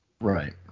right